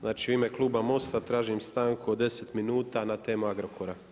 Znači u ime kluba MOST-a tražim stanku od 10 minuta na temu Agrokora.